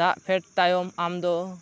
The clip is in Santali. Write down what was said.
ᱫᱟᱜ ᱯᱷᱮᱰ ᱛᱟᱭᱚᱢ ᱟᱢ ᱫᱚ